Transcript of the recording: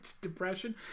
Depression